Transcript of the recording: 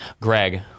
Greg